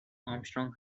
armstrong